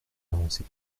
l’avancée